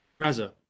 Raza